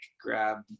grab